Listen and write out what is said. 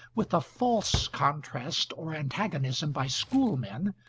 with a false contrast or antagonism by schoolmen,